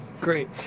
Great